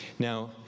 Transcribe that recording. Now